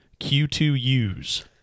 Q2U's